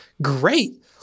Great